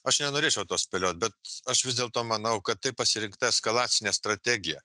aš nenorėčiau to spėliot bet aš vis dėlto manau kad tai pasirinkta eskalacinė strategija